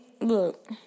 look